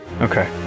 Okay